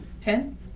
Ten